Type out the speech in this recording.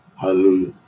Hallelujah